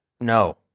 No